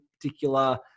particular